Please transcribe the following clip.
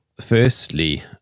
firstly